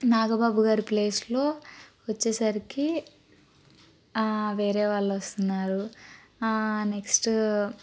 నాగబాబు గారి ప్లేస్లో వచ్చేసరికి వేరే వాళ్ళు వస్తున్నారు నెక్స్ట్